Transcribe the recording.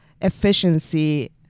efficiency